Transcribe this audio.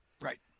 Right